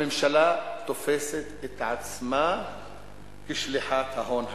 הממשלה תופסת את עצמה כשליחת ההון הגדול,